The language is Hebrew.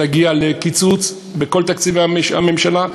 להגיע לקיצוץ בכל תקציבי הממשלה,